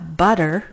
butter 。